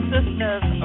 Sisters